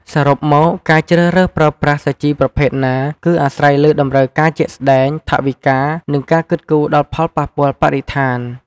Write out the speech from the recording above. សរុបមក ការជ្រើសរើសប្រើប្រាស់សាជីប្រភេទណា គឺអាស្រ័យលើតម្រូវការជាក់ស្តែង ថវិកា និងការគិតគូរដល់ផលប៉ះពាល់បរិស្ថាន។